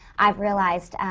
i've realized,